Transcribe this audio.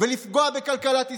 ולפגוע בכלכלת ישראל.